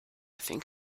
think